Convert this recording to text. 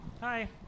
Hi